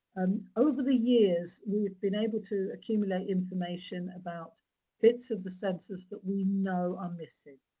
over the years, we've been able to accumulate information about bits of the census that we know are missing.